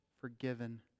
forgiven